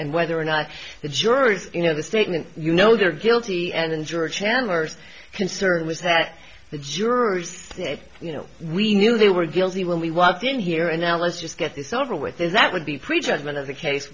and whether or not the jurors you know the statement you know they're guilty and enjoy chandler's concern was that the jurors said you know we knew they were guilty when we walked in here and now let's just get this over with is that would be prejudgment of the case